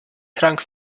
trank